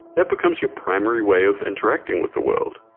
that becomes your primary way of interacting with the world,